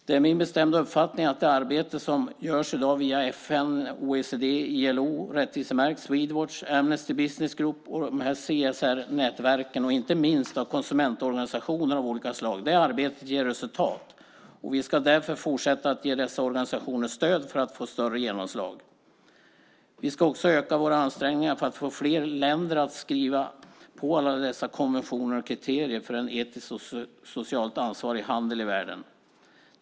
Det är min bestämda uppfattning att det arbete som görs i dag via FN, OECD, ILO, Rättvisemärkt, Swedwatch, Amnesty Businessgroup, CSR-nätverken och inte minst av konsumentorganisationer av olika slag ger resultat, och vi ska därför fortsätta att ge dessa organisationer stöd för att få större genomslag. Vi ska också öka våra ansträngningar för att få fler länder att skriva på alla konventioner och kriterier för en etiskt och socialt ansvarig handel i världen.